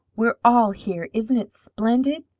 we're all here! isn't it splendid?